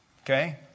Okay